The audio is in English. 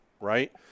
right